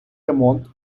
ремонт